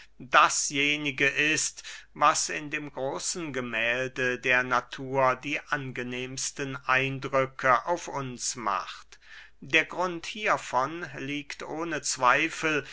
dasjenige ist was in dem großen gemählde der natur die angenehmsten eindrücke auf uns macht der grund hiervon liegt ohne zweifel